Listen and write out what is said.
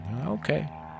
Okay